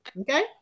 Okay